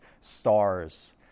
stars